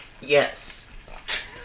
Yes